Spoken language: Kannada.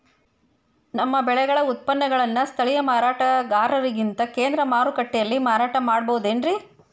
ನಮ್ಮ ಬೆಳೆಗಳ ಉತ್ಪನ್ನಗಳನ್ನ ಸ್ಥಳೇಯ ಮಾರಾಟಗಾರರಿಗಿಂತ ಕೇಂದ್ರ ಮಾರುಕಟ್ಟೆಯಲ್ಲಿ ಮಾರಾಟ ಮಾಡಬಹುದೇನ್ರಿ?